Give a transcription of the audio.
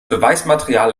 beweismaterial